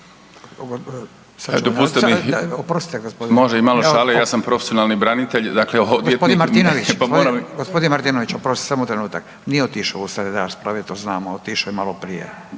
**Radin, Furio (Nezavisni)** Gospodine Martinović oprostite, samo trenutak. Nije otišao usred rasprave to znamo, otišao je malo prije.